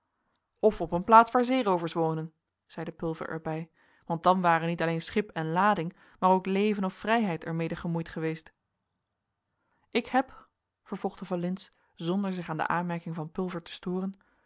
of op een plaats waar zeeroovers wonen zeide pulver er bij want dan ware niet alleen schip en lading maar ook leven of vrijheid er mede gemoeid geweest ik heb vervolgde van lintz zonder zich aan de aanmerking van pulver te storen